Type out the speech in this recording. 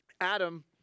Adam